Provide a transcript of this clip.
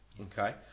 Okay